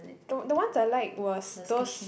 the the one I like was those